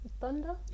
Thunder